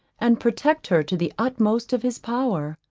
and protect her to the utmost of his power.